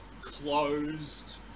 closed